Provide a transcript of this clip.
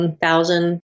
thousand